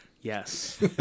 Yes